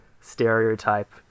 stereotype